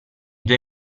due